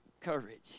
courage